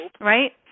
right